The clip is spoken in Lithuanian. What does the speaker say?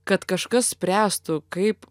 kad kažkas spręstų kaip